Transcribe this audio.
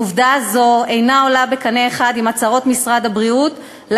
עובדה זו אינה עולה בקנה אחד עם הצהרות משרד הבריאות על